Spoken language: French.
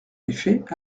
effet